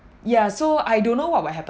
ya so I don't know what will happen